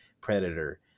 Predator